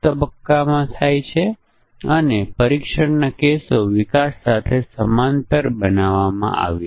તેથી આપણી પાસે પરીક્ષણના કેસો અને તેમના અપેક્ષિત આઉટપુટ હશે